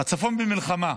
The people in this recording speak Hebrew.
הצפון במלחמה.